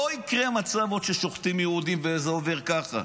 לא יקרה עוד מצב ששוחטים יהודים וזה עובר ככה.